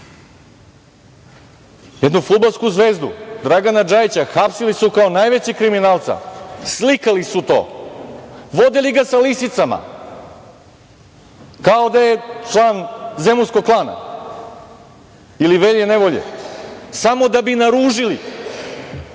jednu fudbalsku zvezdu Dragana Džajića hapsili su kao najvećeg kriminalca, slikali su to, vodili ga sa lisicama, kao da je član "Zemunskog klana" ili Velje nevolje, samo da bi naružili